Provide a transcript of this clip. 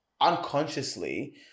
unconsciously